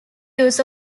use